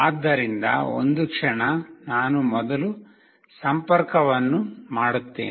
ಆದ್ದರಿಂದಒಂದು ಕ್ಷಣ ನಾನು ಮೊದಲು ಸಂಪರ್ಕವನ್ನು ಮಾಡುತ್ತೇನೆ